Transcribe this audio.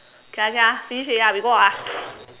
okay ah okay ah finish already ah we go out ah